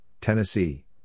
Tennessee